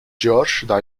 george